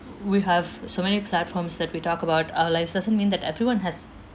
we have so many platforms that we talk about our lives doesn't mean that everyone has